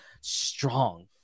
strong